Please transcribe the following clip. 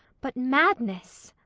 but madness!